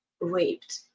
raped